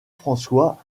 françois